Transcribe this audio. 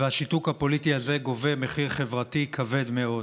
והשיתוק הפוליטי הזה גובה מחיר חברתי כבד מאוד.